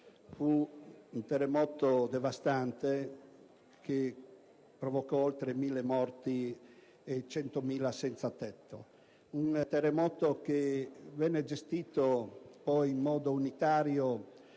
Fu un terremoto devastante, che provocò oltre 1.000 morti e 100.000 senzatetto; un terremoto che venne gestito in modo unitario